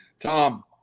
Tom